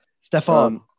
Stefan